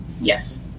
Yes